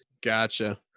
Gotcha